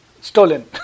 stolen